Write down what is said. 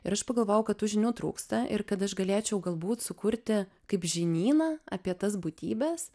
ir aš pagalvojau kad tų žinių trūksta ir kad aš galėčiau galbūt sukurti kaip žinyną apie tas būtybes